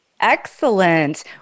Excellent